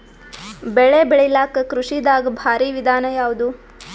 ಬೆಳೆ ಬೆಳಿಲಾಕ ಕೃಷಿ ದಾಗ ಭಾರಿ ವಿಧಾನ ಯಾವುದು?